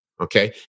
okay